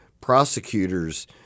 prosecutors